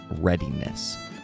readiness—